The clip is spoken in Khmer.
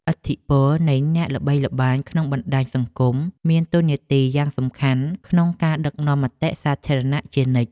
ឥទ្ធិពលនៃអ្នកល្បីល្បាញក្នុងបណ្តាញសង្គមមានតួនាទីយ៉ាងសំខាន់ក្នុងការដឹកនាំមតិសាធារណៈជានិច្ច។